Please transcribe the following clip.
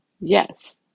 Yes